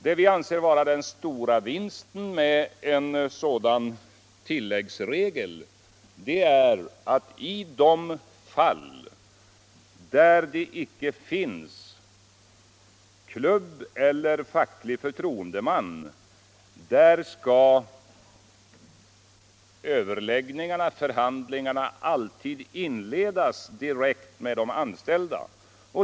Det vi anser vara den stora vinsten med en sådan här tilläggsregel är att i de fall då det icke finns någon klubb eller facklig förtroendeman skall överläggningarna eller förhandlingarna alltid inledas direkt med de anställda.